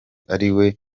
ariwe